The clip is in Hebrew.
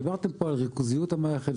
דיברתם פה על ריכוזיות המערכת,